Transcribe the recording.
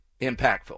impactful